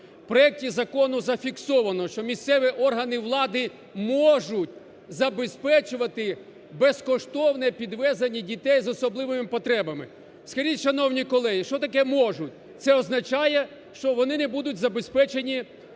В проекті закону зафіксовано, що місцеві органи влади можуть забезпечувати безкоштовне підвезення дітей з особливими потребами. Скажіть, шановні колеги, що таке можуть? Це означає, що вони не будуть забезпечені